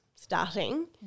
starting